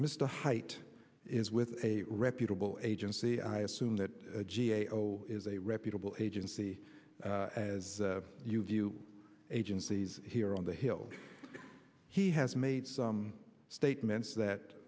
mr height is with a reputable agency i assume that the g a o is a reputable agency as you view agencies here on the hill he has made some statements that